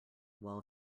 while